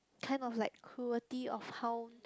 kind of like cruelty of how